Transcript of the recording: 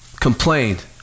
complained